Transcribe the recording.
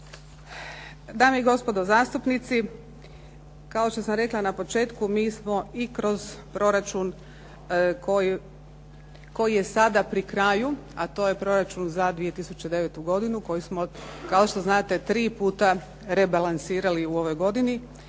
Dame i gospodo zastupnici, kao što sam rekla na početku mi smo i kroz proračun koji je sada pri kraju, a to je proračun za 2009. godinu koji smo kao što znate tri puta rebalansirali u ovoj godini